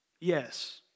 Yes